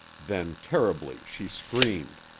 then terribly she screamed.